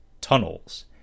tunnels